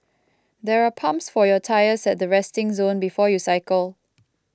there are pumps for your tyres at the resting zone before you cycle